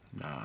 Nah